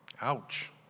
Ouch